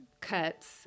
cuts